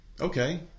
Okay